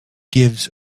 gives